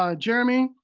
ah jeremy,